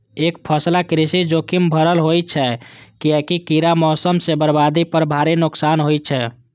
एकफसला कृषि जोखिम भरल होइ छै, कियैकि कीड़ा, मौसम सं बर्बादी पर भारी नुकसान होइ छै